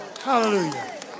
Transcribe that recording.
Hallelujah